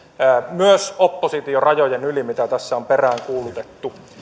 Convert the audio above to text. myös oppositiorajojen yli mitä tässä on peräänkuulutettu